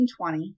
1920